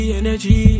energy